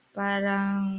parang